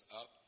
up